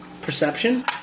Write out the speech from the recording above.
perception